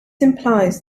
implies